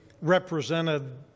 represented